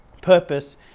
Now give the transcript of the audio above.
Purpose